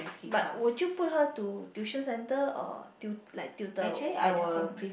but would you put her to tuition center or tu~ like tutor at their home